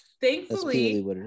Thankfully